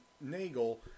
Nagel